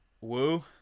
Woo